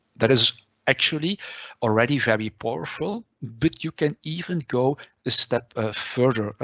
that is actually already very powerful, but you can even go a step ah further.